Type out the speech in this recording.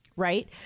Right